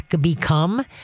become